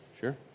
Sure